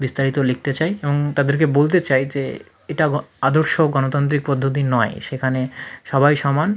বিস্তারিত লিখতে চাই এবং তাদেরকে বলতে চাই যে এটা গ আদর্শ গণতান্ত্রিক পদ্ধতি নয় সেখানে সবাই সমান